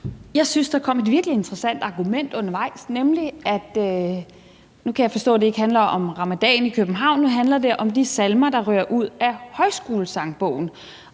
Jeg synes, at der kom et virkelig interessant argument undervejs. Nu kan jeg forstå, at det ikke handler om ramadanen i København; nu handler det om de salmer, der ryger ud af Højskolesangbogen.